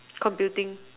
computing